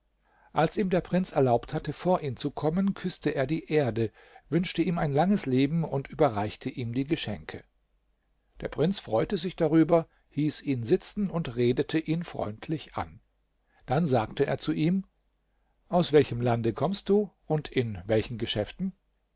als ihm der prinz erlaubt hatte vor ihn zu kommen küßte er die erde wünschte ihm langes leben und überreichte ihm die geschenke der prinz freute sich darüber hieß ihn sitzen und redete ihn freundlich an dann sagte er zu ihm aus welchem lande kommst du und in welchen geschäften